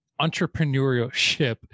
entrepreneurship